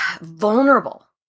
vulnerable